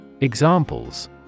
Examples